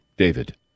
David